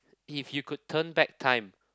if you could turn back time